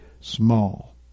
small